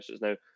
now